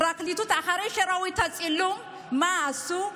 הפרקליטות, אחרי שראו את הצילום, מה עשו?